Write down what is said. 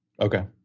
Okay